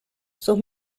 sus